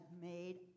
made